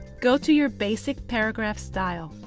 go to your basic paragraph style.